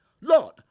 Lord